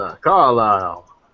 Carlisle